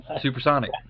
supersonic